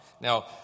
Now